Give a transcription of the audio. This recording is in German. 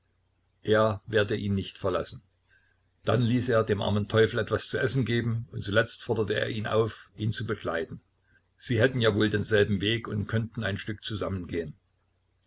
er werde ihn nicht verlassen dann ließ er dem armen teufel etwas zu essen geben und zuletzt forderte er ihn auf ihn zu begleiten sie hätten ja wohl denselben weg und könnten ein stück zusammengehen